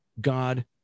God